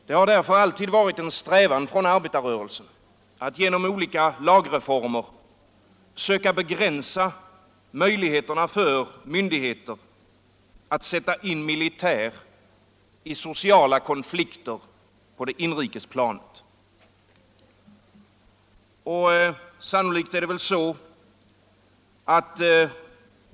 Det har därför alltid varit en strävan från arbetarrörelsen att genom olika lagreformer söka begränsa möjligheterna för myndigheter att sätta in militär i sociala konflikter på inrikesplanet.